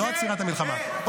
לא עצירת המלחמה?